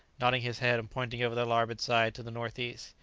nodding his head and pointing over the larboard side, to the north-east.